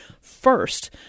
first